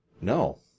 No